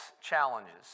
challenges